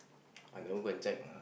I never go and check lah